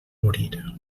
morir